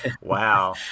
Wow